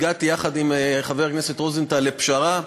הגעתי יחד עם חבר הכנסת רוזנטל לפשרה,